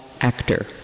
actor